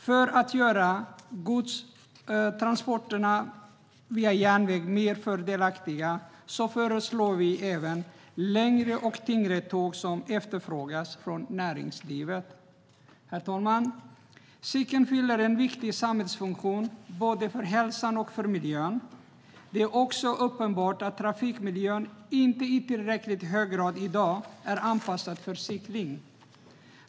För att godstransporterna via järnväg ska göras mer fördelaktiga föreslår vi även längre och tyngre lastade tåg, vilket efterfrågas av näringslivet. Herr talman! Cykeln fyller en viktig samhällsfunktion, både för hälsan och för miljön. Det är också uppenbart att trafikmiljön inte i tillräckligt hög grad i dag är anpassad för cykling.